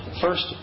first